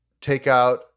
takeout